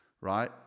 right